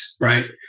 right